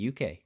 uk